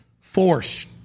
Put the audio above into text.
force